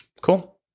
Cool